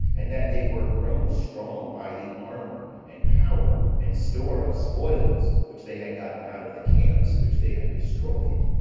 and that they were grown strong by the armour, and power, and store of spoils which they had gotten out of the camps which they had destroyed